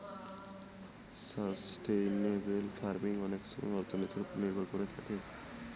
sustainable farming অনেক সময় অর্থনীতির ওপর নির্ভর করে থাকে